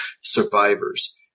survivors